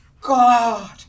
God